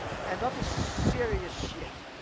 and that is serious shit.